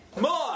more